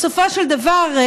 בסופו של דבר,